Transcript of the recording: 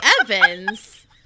Evans